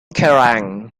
kerrang